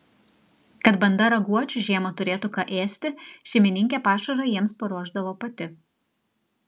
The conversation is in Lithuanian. kad banda raguočių žiemą turėtų ką ėsti šeimininkė pašarą jiems paruošdavo pati